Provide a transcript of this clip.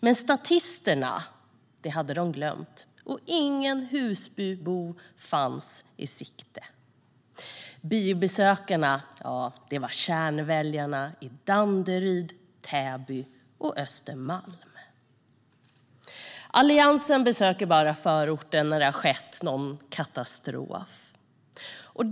Men statisterna hade de glömt, och ingen Husbybo fanns i sikte. Biobesökarna var kärnväljarna i Danderyd, Täby och på Östermalm. Alliansen besöker bara förorten när det har skett någon katastrof.